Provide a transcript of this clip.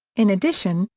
in addition,